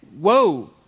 whoa